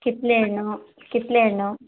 ಕಿತ್ತಳೆ ಹಣ್ಣು ಕಿತ್ತಳೆ ಹಣ್ಣು